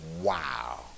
Wow